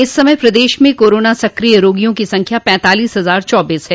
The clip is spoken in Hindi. इस समय प्रदेश में कोरोना सक्रिय रोगियों की संख्या पैंतालीस हजार चौबीस हैं